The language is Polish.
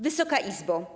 Wysoka Izbo!